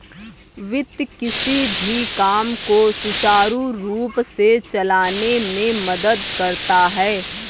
वित्त किसी भी काम को सुचारू रूप से चलाने में मदद करता है